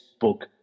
book